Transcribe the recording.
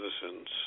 citizens